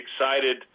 excited